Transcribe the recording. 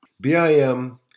BIM